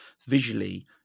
Visually